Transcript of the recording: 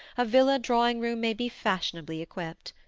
a villa drawing-room may be fashionably equipped.